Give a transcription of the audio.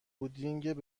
پودینگ